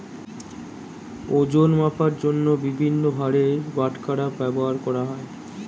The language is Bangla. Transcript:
ওজন মাপার জন্য বিভিন্ন ভারের বাটখারা ব্যবহার করা হয়